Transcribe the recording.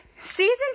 Season